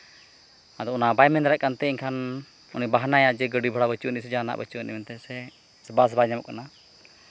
ᱟᱫᱚ ᱚᱱᱟ ᱵᱟᱭ ᱢᱮᱱ ᱫᱟᱲᱮᱭᱟᱜ ᱠᱟᱱᱛᱮ ᱮᱱᱠᱷᱟᱱ ᱩᱱᱤ ᱵᱟᱦᱱᱟᱭᱟᱭ ᱡᱮ ᱜᱟᱹᱰᱤ ᱵᱷᱟᱲᱟ ᱦᱚᱪᱚᱱᱤᱪ ᱥᱮ ᱡᱟᱦᱟᱱᱟᱜ ᱦᱚᱪᱚᱱᱤᱡ ᱥᱮ ᱵᱟᱥ ᱵᱟᱭ ᱧᱟᱢᱚᱜ ᱠᱟᱱᱟ